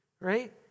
right